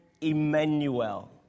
Emmanuel